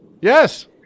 Yes